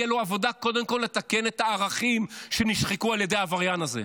תהיה לו עבודה קודם כול לתקן את הערכים שנשחקו על ידי העבריין הזה.